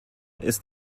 ist